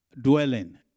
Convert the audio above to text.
dwelling